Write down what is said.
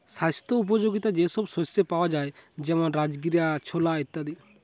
স্বাস্থ্য উপযোগিতা যে সব শস্যে পাওয়া যায় যেমন রাজগীরা, ছোলা ইত্যাদি